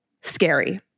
scary